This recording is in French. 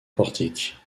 portique